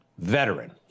veteran